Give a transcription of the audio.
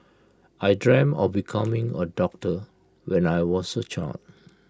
I dreamt of becoming A doctor when I was A child